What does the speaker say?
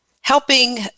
helping